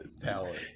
talent